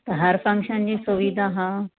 त हर फंक्शन जी सुविधा हा